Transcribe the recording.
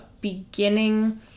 beginning